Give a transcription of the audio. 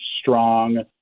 strong